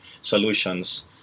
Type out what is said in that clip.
solutions